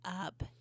up